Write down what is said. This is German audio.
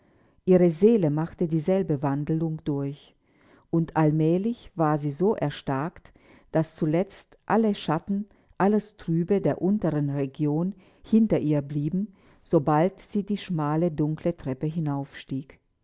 ihre seele machte dieselbe wandelung durch und allmählich war sie so erstarkt daß zuletzt alle schatten alles trübe der unteren region hinter ihr blieben sobald sie die schmale dunkle treppe